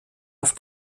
auf